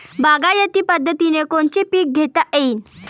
बागायती पद्धतीनं कोनचे पीक घेता येईन?